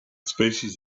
species